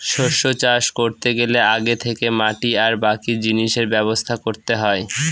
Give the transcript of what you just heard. শস্য চাষ করতে গেলে আগে থেকে মাটি আর বাকি জিনিসের ব্যবস্থা করতে হয়